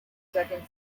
second